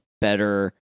better